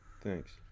Thanks